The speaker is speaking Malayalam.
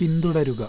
പിന്തുടരുക